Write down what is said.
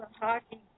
hockey